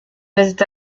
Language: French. résiste